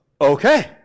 okay